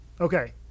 okay